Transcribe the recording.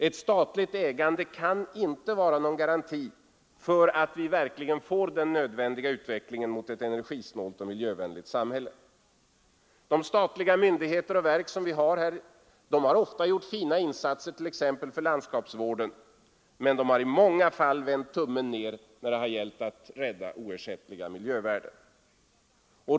Ett statligt ägande kan inte vara någon garanti för att vi verkligen får den nödvändiga utvecklingen mot ett energisnålt och miljövänligt samhälle. De statliga myndigheter och verk som sysslar med energifrågor och energiproduktion har gjort sina insatser t.ex. för landskapsvården, men de har i många fall vänt tummen ner när det gällt att rädda oersättliga miljövärden.